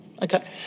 Okay